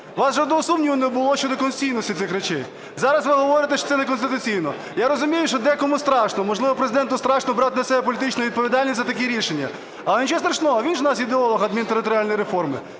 вас жодного сумніву не було щодо конституційності цих речей. Зараз ви говорите, що це неконституційно. Я розумію, що декому страшно, можливо Президенту страшно брати на себе політичну відповідальність за такі рішення. Але нічого страшного, він же у нас ідеолог адмінтериторіальної реформи.